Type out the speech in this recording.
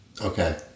Okay